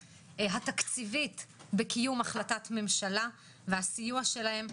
התקציבית בקיום החלטת ממשלה והסיוע שלהם,